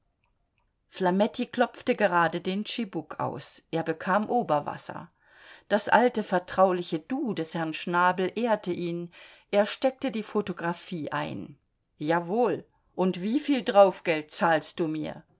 flametti klopfte gerade den tschibuk aus er bekam oberwasser das alte vertrauliche du des herrn schnabel ehrte ihn er steckte die photographie ein jawohl und wieviel draufgeld zahlst du mir